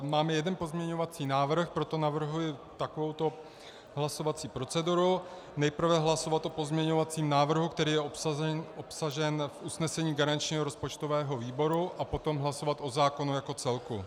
Máme jeden pozměňovací návrh, proto navrhuji takovouto hlasovací proceduru: nejprve hlasovat o pozměňovacím návrhu, který je obsažen v usnesení garančního rozpočtového výboru, a potom hlasovat o zákonu jako celku.